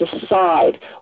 decide